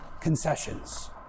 concessions